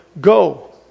Go